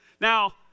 Now